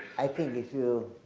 i think if you,